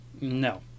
no